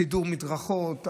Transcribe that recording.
סידור מדרכות,